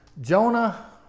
Jonah